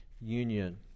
union